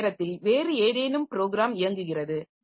அந்த நேரத்தில் வேறு ஏதேனும் ப்ரோகிராம் இயங்குகிறது